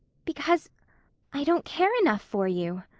because i don't care enough for you.